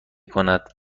کند